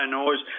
noise